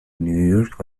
نیویورک